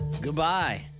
Goodbye